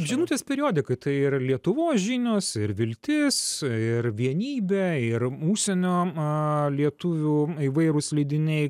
žinutės periodikoj tai ir lietuvos žinios ir viltis ir vienybė ir užsienio a lietuvių įvairūs leidiniai